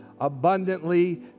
abundantly